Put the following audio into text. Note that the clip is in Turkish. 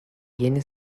yeni